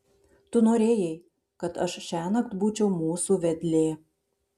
tu norėjai kad aš šiąnakt būčiau mūsų vedlė